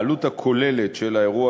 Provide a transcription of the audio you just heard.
העלות הכוללת של האירוע,